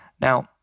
Now